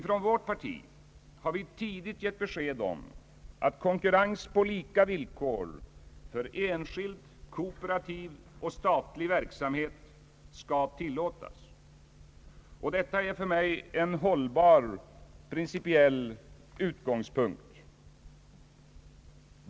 Från vårt parti har vi tidigt gett besked om att konkurrens på lika villkor för enskild, kooperativ och statlig verksamhet skall tillåtas. Detta är för mig en hållbar principiell utgångspunkt.